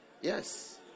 Yes